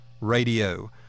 Radio